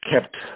kept